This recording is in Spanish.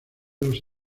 los